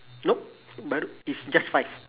nope but it's just five